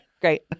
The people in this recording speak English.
Great